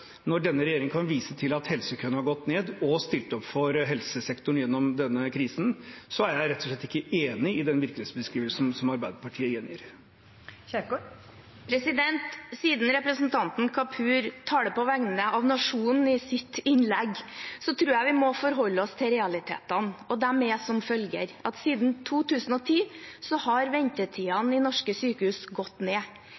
helsekøene har gått ned, og stilt opp for helsesektoren gjennom denne krisen, er jeg rett og slett ikke enig i den virkelighetsbeskrivelsen som Arbeiderpartiet gir. Siden representanten Kapur taler på vegne av nasjonen i sitt innlegg, tror jeg vi må forholde oss til realitetene, og de er som følger: Fra 2010